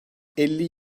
elli